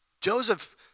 Joseph